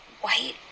white